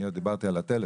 אני עוד דיברתי על הטלפון